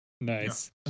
Nice